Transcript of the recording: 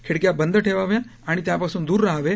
खिडक्या बंद ठेवाव्या आणि त्यापासून दुर रहावे